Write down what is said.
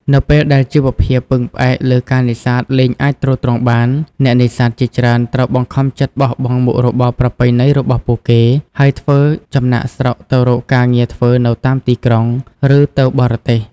នៅពេលដែលជីវភាពពឹងផ្អែកលើការនេសាទលែងអាចទ្រទ្រង់បាន អ្នកនេសាទជាច្រើនត្រូវបង្ខំចិត្តបោះបង់មុខរបរប្រពៃណីរបស់ពួកគេ ហើយធ្វើចំណាកស្រុកទៅរកការងារធ្វើនៅតាមទីក្រុង ឬទៅបរទេស។